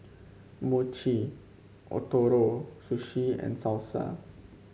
Mochi Ootoro Sushi and Salsa